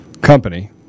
company